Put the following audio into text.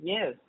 Yes